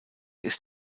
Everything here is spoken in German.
ist